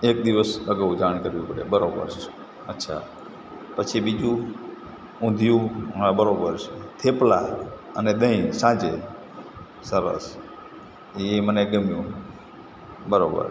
એક દિવસ અગાઉ જાણ કરવી પડે બરાબર છે અચ્છા પછી બીજું ઉંધીયુ બરાબર છે થેપલા અને દહીં સાંજે સરસ એ મને ગમ્યું બરાબર